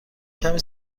کمی